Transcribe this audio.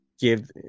give